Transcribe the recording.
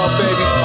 baby